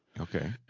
Okay